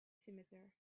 scimitar